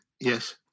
Yes